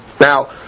Now